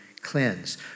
cleanse